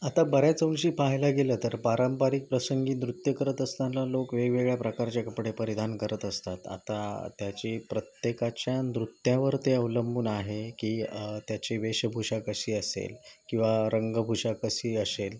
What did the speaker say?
आता बऱ्याच अंशी पाहायला गेलं तर पारंपरिक प्रसंगी नृत्य करत असताना लोक वेगवेगळ्या प्रकारचे कपडे परिधान करत असतात आता त्याची प्रत्येकाच्या नृत्यावर ते अवलंबून आहे की त्याची वेशभूषा कशी असेल किंवा रंगभूषा कशी असेल